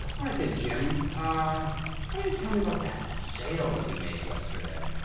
alright then, jim. ah why don't you tell me about that sale that you made yesterday?